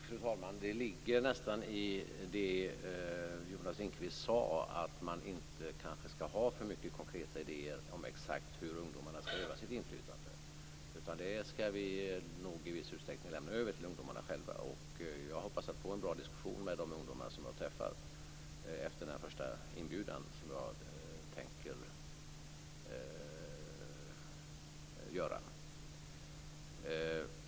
Fru talman! Det ligger nästan i det Jonas Ringqvist sade: Man skall kanske inte ha för många konkreta idéer om exakt hur ungdomarna skall utöva sitt inflytande. Det skall vi nog i viss utsträckning lämna över till ungdomarna själva. Jag hoppas att få en bra diskussion med de ungdomar som jag träffar efter den här första inbjudan som jag tänker göra.